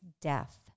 death